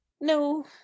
No